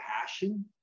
passion